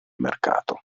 mercato